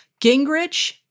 Gingrich